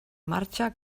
marxa